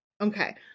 Okay